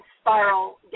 spiral